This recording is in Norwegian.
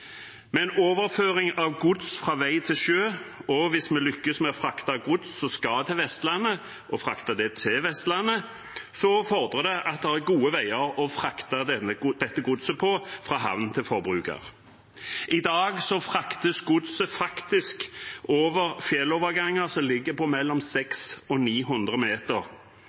En overføring av gods fra vei til sjø – og hvis vi lykkes med å frakte gods som skal til Vestlandet, til Vestlandet – fordrer at det er gode veier å frakte dette godset på fra havn til forbruker. I dag fraktes godset faktisk over fjelloverganger som ligger på mellom 600 og 900 meter.